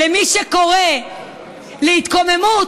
מי שקורא להתקוממות,